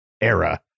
era